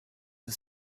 the